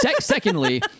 Secondly